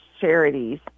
charities